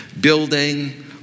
building